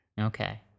Okay